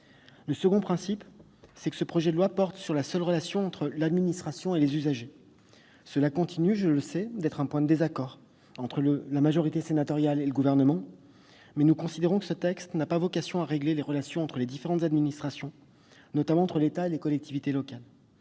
Deuxièmement, le projet de loi porte sur la seule relation entre l'administration et les usagers. Cela continue, je le sais, d'être un motif de désaccord entre la majorité sénatoriale et le Gouvernement. Nous considérons qu'il n'a pas vocation à régler les relations entre les différentes administrations, notamment entre l'État et les collectivités territoriales.